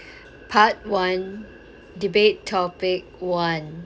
part one debate topic one